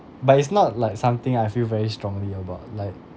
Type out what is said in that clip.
but it's not like something I feel very strongly about like